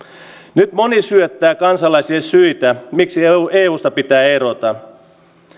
nyt moni syöttää kansalaisille syitä miksi eusta pitää erota